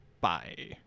Bye